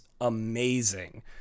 amazing